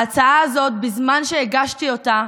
ההצעה הזאת לא קודמה בזמן שהגשתי אותה,